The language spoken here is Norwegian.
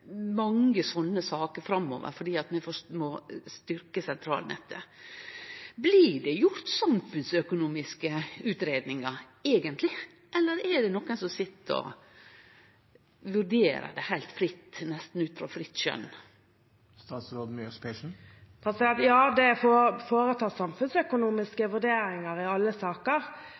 mange slike saker framover fordi vi må styrkje sentralnettet. Blir det eigentleg gjort samfunnsøkonomiske utgreiingar, eller er det nokon som sit og vurderer det heilt fritt, nesten ut ifrå sitt frie skjønn? Ja, det er foretatt samfunnsøkonomiske vurderinger i alle saker.